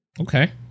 okay